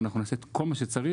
ואנחנו נעשה את כל מה שצריך